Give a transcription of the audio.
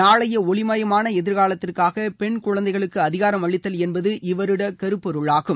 நாளைய ஒளிம்பமான எதிர்காலத்திற்காக பெண் குழந்தைகளுக்கு அதிகாரம் அளித்தல் என்பது இவ்வருட கருப்பொருளாகும்